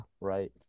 right